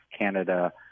Canada